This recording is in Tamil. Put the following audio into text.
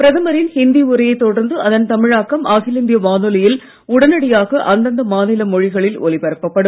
பிரதமரின் இந்தி உரையை தொடர்ந்து அதன் தமிழாக்கம் அகில இந்திய வானொலியில் உடனடியாக அந்தந்த மாநில மொழிகளில் ஒலிப்பரப்படும்